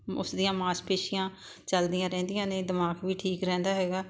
ਉਸਦੀਆਂ ਮਾਸਪੇਸ਼ੀਆਂ ਚਲਦੀਆਂ ਰਹਿੰਦੀਆਂ ਨੇ ਦਿਮਾਗ ਵੀ ਠੀਕ ਰਹਿੰਦਾ ਹੈਗਾ